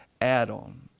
add-on